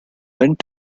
went